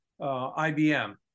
IBM